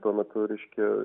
tuo metu reiškia